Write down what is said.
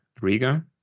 riga